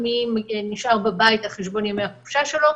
מי נשאר בבית על חשבון ימי החופשה שלו?